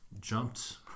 jumped